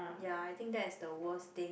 ya I think that's the worst thing